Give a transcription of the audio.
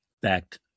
backed